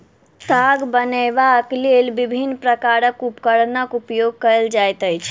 ताग बनयबाक लेल विभिन्न प्रकारक उपकरणक उपयोग कयल जाइत अछि